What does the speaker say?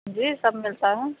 جی سب ملتا ہے